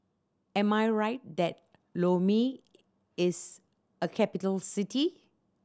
am I right that Lome is a capital city